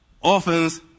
orphans